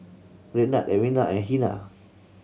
Raynard Edwina and Hennie